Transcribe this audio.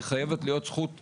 היא חייבת להיות זכות מונגשת.